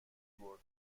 برد